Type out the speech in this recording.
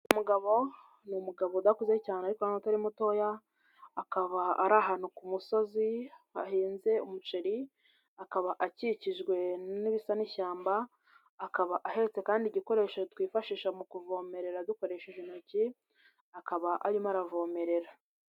Uyugabo, ni umugabo udakuze cyane ariko uta ari mutoya, akaba ari ahantu ku musozi hahinze umuceri, akaba akikijwe n'ibisa n'ishyamba, akaba ahetse kandi igikoresho twifashisha mu kuvomerera dukoresheje intoki, akaba arimo aravomerera.